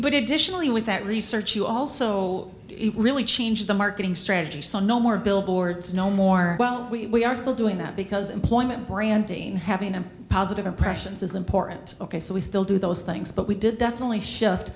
with that research you also really change the marketing strategy so no more billboards no more well we are still doing that because employment branding having a positive impressions is important ok so we still do those things but we did definitely shift